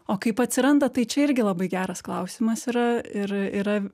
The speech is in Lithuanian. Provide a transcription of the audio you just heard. o kaip atsiranda tai čia irgi labai geras klausimas yra ir yra